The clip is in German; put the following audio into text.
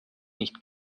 nicht